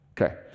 Okay